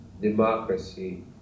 democracy